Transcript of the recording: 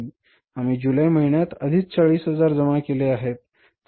आम्ही जुलै महिन्यात आधीच 40000 जमा केले आहेत